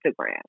Instagram